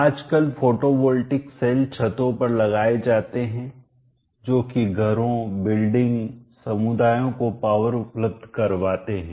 आजकल photovoltaic cell छतों पर लगाए जाते हैं जो कि घरों बिल्डिंग समुदायों को पावर उपलब्ध करवाते हैं